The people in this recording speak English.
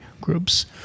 groups